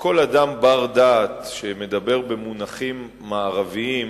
שכל אדם בר-דעת שמדבר במונחים מערביים